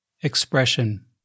expression